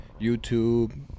YouTube